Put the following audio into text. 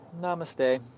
Namaste